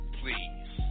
please